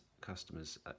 customers